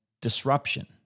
disruption